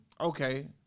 Okay